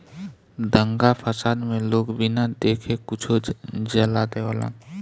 दंगा फसाद मे लोग बिना देखे कुछो जला देवेलन